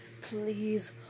Please